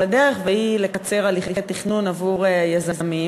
הדרך היא לקצר הליכי תכנון עבור יזמים.